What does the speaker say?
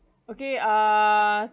okay err